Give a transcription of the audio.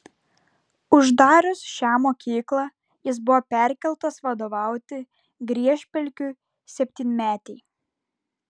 uždarius šią mokyklą jis buvo perkeltas vadovauti griežpelkių septynmetei